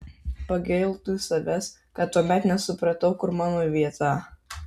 pagailtų savęs kad tuomet nesupratau kur yra mano vieta